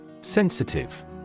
Sensitive